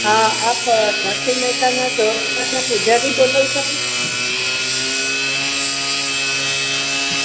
હા આપ નરસિંહ મહેતાના ચોરાના પૂજારી બોલો છો